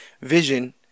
vision